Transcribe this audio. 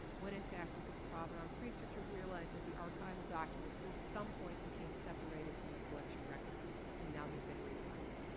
when in fact they took a provenance researcher who realized that the archival documents at some point became separated from the collection records and now they've been reunited.